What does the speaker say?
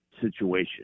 situation